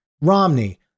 Romney